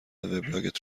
وبلاگت